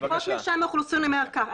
חוק מרשם האוכלוסין אומר ככה,